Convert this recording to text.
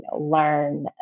learn